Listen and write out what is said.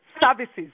services